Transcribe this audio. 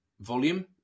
volume